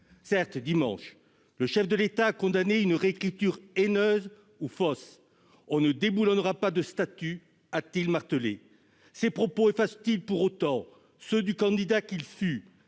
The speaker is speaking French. Certes, dimanche dernier, le chef de l'État a condamné une « réécriture haineuse ou fausse ».« On ne déboulonnera pas de statues », a-t-il martelé. Ces propos effacent-ils pour autant ceux du candidat qu'il fut,